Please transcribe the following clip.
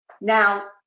Now